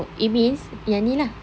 oh it means yang ni lah